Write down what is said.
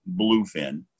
bluefin